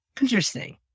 Interesting